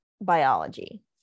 biology